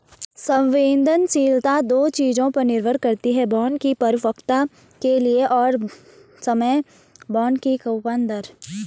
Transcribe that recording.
संवेदनशीलता दो चीजों पर निर्भर करती है बॉन्ड की परिपक्वता के लिए समय और बॉन्ड की कूपन दर